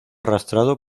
arrastrado